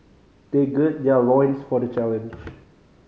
they gird their loins for the challenge